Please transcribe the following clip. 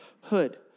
hood